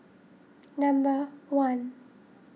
number one